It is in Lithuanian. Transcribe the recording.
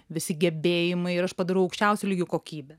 visi gebėjimai ir aš padarau aukščiausio lygio kokybę